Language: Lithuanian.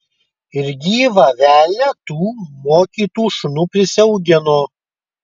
ir gyvą velnią tų mokytų šunų prisiaugino